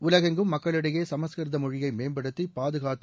உலகெங்கும் மக்களிடையே சமஸ்கிருத மொழியை மேம்படுத்தி பாதுகாத்து